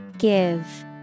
Give